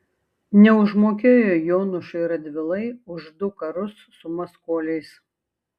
neužmokėjo jonušui radvilai už du karus su maskoliais